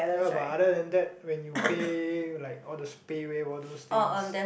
ya but other than that when you pay like all those PayWave all those things